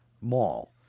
Mall